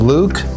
Luke